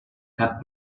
cap